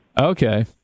Okay